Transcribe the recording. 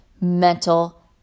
mental